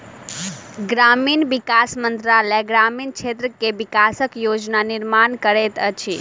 ग्रामीण विकास मंत्रालय ग्रामीण क्षेत्र के विकासक योजना निर्माण करैत अछि